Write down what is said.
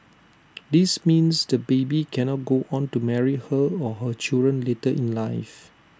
this means the baby cannot go on to marry her or her children later in life